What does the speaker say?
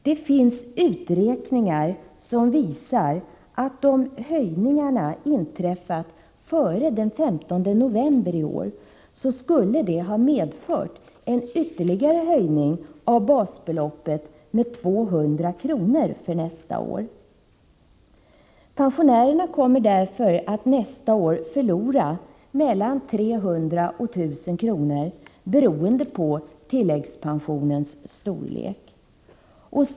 Det finns uträkningar som visar att om höjningarna inträffat före den 15 november i år, skulle det ha medfört en ytterligare höjning av basbeloppet med 200 kr. för nästa år. Pensionärerna kommer därför att nästa år förlora mellan 300 och 1 000 kr. beroende på tilläggspensionens storlek.